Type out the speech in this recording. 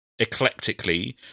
eclectically